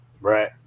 Right